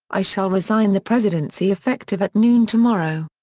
i shall resign the presidency effective at noon tomorrow.